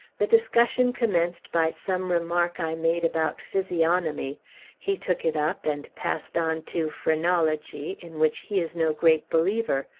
the discussion commenced by some remark i made about physiognomy he took it up, and passed on to phrenology in which he is no great believer.